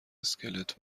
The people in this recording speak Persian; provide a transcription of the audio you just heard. اسکلت